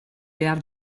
behar